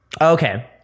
Okay